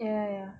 ya ya